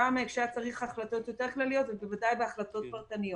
גם כשהיה צריך החלטות יותר כלליות ובוודאי בהחלטות פרטניות.